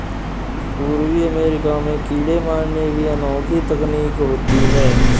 पूर्वी अमेरिका में कीड़े मारने की अनोखी तकनीक होती है